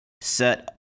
set